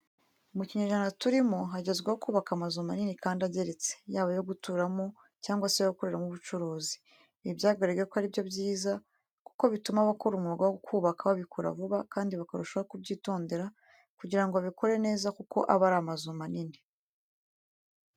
Mu kinyejana turimo hagezweho kubaka amazu manini kandi ageretse yaba ayo guturamo cyangwa se ayo gukoreramo ubucuruzi. Ibi byagaragaye ko ari byo byiza kuko bituma abakora umwuga wo kubaka babikora vuba kandi bakarushaho kubyitondera kugira ngo babikore neza kuko aba ari amazu manini.